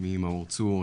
שמי מאור צור,